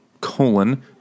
colon